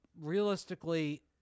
Realistically